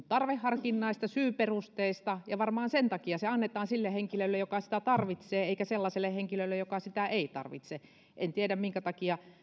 tarveharkintaista syyperusteista ja varmaan sen takia se annetaan sille henkilölle joka sitä tarvitsee eikä sellaiselle henkilölle joka sitä ei tarvitse en tiedä minkä takia